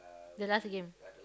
the last game